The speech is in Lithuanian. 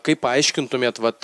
kaip paaiškintumėt vat